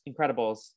Incredibles